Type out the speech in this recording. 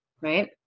right